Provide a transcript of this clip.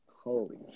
Holy